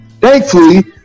thankfully